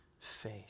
faith